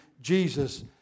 Jesus